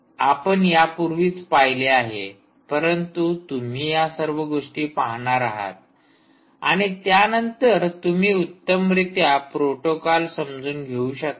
आपण यापूर्वीच पाहिले आहे परंतु तुम्ही या सर्व गोष्टी पाहणार आहात आणि त्यानंतर तुम्ही उत्तमरीत्या प्रोटोकॉल समजून घेऊ शकता